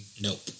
Nope